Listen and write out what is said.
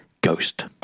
Ghost